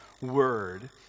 word